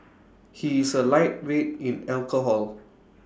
he is A lightweight in alcohol